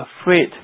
afraid